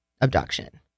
abduction